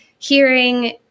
hearing